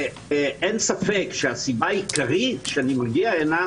אין ספק שהסיבה העיקרית שאני מגיע לכאן,